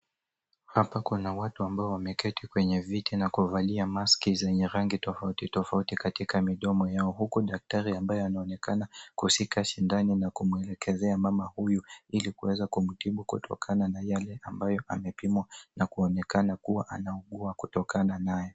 Hapa kuna watu ambao wameketi kwenye viti na kuvalia maski zenye rangi tofautitofauti katika midomo yao huku daktari ambaye anaonekana kushika sindano na kumuelekezea mama huyu ili kuweza kumtibu kutokana na yale ambayo amepimwa na kuonekana kuwa anaugua kutokana nayo.